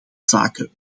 zaken